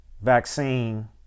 vaccine